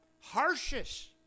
harshest